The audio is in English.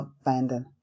abandon